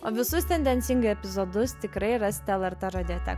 o visus tendencingai epizodus tikrai rasite lrt radiotekoje